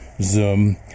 Zoom